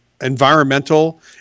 environmental